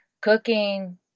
cooking